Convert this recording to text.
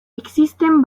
existen